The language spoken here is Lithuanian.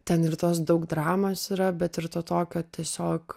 ten ir tos daug dramos yra bet ir to tokio tiesiog